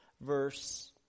verse